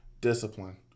Discipline